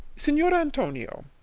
signior antonio,